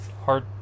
hard